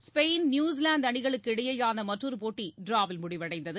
Spain New Zealand அணிகளுக்கு இடையேயான மற்றொரு போட்டி ட்ராவில் முடிவடைந்தது